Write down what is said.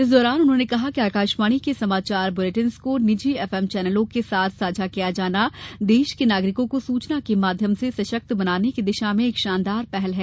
इस दौरान उन्होंने कहा कि आकाशवाणी के समाचार ब्लेटिनों को निजी एफएम चैनलों के साथ साझा किया जाना देश के नागरिकों को सूचना के माध्यम से सशक्त बनने की दिशा में एक शानदार पहल है